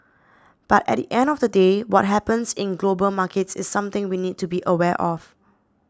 but at the end of the day what happens in global markets is something we need to be aware of